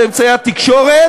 באמצעי התקשורת,